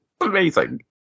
Amazing